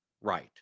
right